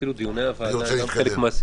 שאפילו דיוני הוועדה הם גם חלק מהסיפור,